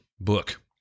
book